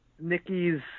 Nikki's